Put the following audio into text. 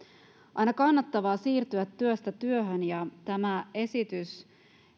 aina kannattavaa siirtyä työstä työhön tämä esitys